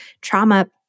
trauma